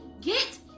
Get